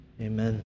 amen